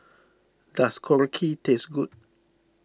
does Korokke taste good